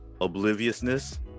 obliviousness